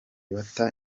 bata